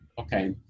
okay